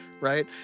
right